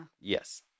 Yes